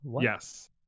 Yes